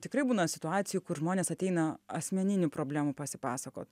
tikrai būna situacijų kur žmonės ateina asmeninių problemų pasipasakot